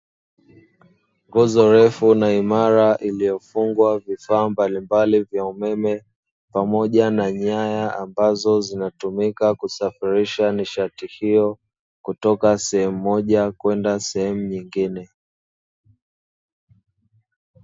Nguzo ndefu na imara iliyofungwa vifaa mbalimbali vya umeme pamoja na nyaya, ambazo zinatumika kusafirisha nishati hiyo kutoka sehemu moja kwenda sehemu nyingine.